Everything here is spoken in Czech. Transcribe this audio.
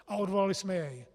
A odvolali jsme jej.